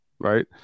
right